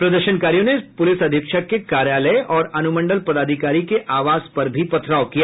प्रदर्शनकारियों ने पुलिस अधीक्षक के कार्यालय और अन्मंडल पदाधिकारी के आवास पर भी पथराव कर दिया